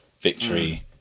victory